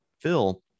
Phil